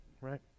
right